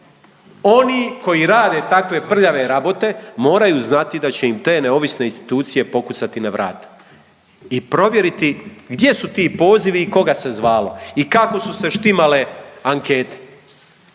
oni koji rade takve prljave rabote moraju znati da će im te neovisne institucije pokucati na vrata i provjeriti gdje su ti pozivi i koga se zvalo i kako su se štimale ankete.